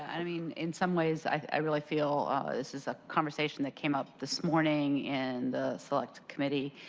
i mean in some ways, i really feel this is a conversation that came up this morning in the select committee.